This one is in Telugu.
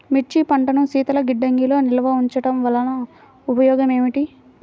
మిర్చి పంటను శీతల గిడ్డంగిలో నిల్వ ఉంచటం వలన ఉపయోగం ఏమిటి?